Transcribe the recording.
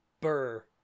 Burr